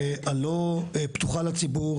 הלא פתוחה לציבור,